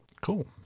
cool